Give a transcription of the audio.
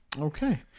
Okay